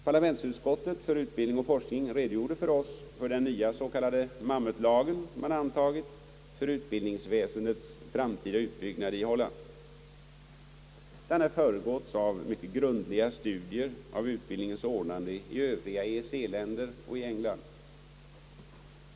Parlamentsutskottet för utbildning och forskning redogjorde för oss för den nya s.k. Mammutlagen man antagit för utbildningsväsendets framtida utbyggnad i Holland. Den hade föregåtts av grundliga studier av utbildningens ordnande i övriga EEC-länder och i England.